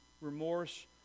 remorse